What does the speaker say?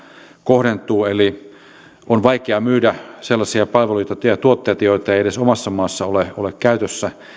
kohdentuu on vaikea myydä sellaisia palveluita ja tuotteita joita ei edes omassa maassa ole ole käytössä